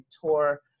tour